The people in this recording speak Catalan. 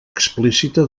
explícita